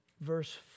verse